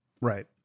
Right